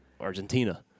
Argentina